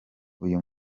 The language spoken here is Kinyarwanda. uyu